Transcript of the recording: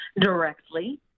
directly